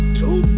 two